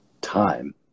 time